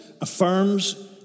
affirms